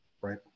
right